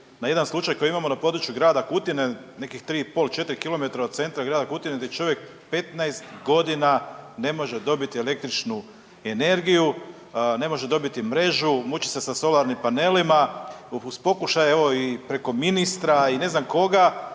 na jedan slučaj koji imamo na području Grada Kutine nekih tri po pol, četiri kilometra od centra Grada Kutine gdje čovjek 15 godina ne može dobiti električnu energiju, ne može dobiti mrežu, muči se sa solarnim panelima uz pokušaje preko ministra i ne znam koga.